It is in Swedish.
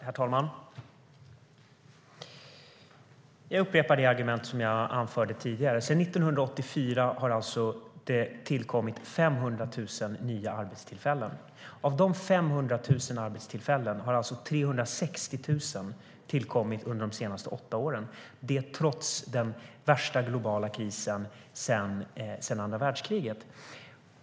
Herr talman! Jag upprepar det argument som jag anförde tidigare. Sedan 1984 har det tillkommit 500 000 nya arbetstillfällen. Av de 500 000 arbetstillfällena har 360 000 tillkommit under de senaste åtta åren, detta trots den värsta globala krisen sedan andra världskriget.